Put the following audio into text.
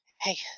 hey